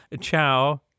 Ciao